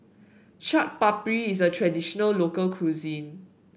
Chaat Papri is a traditional local cuisine